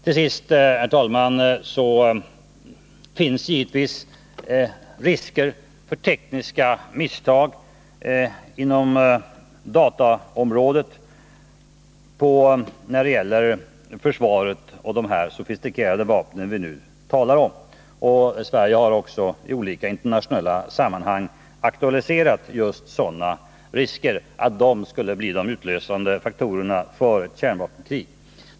Till sist, herr talman, finns det givetvis risker för tekniska misstag inom dataområdet när det gäller försvaret och de sofistikerade vapen som vi nu talar om. Sverige har också i olika internationella sammanhang aktualiserat riskerna av att detta skulle kunna bli de utlösande faktorerna för ett kärnvapenkrig.